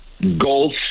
goals